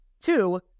Two